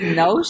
no